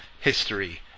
history